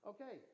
Okay